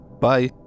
Bye